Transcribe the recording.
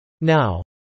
Now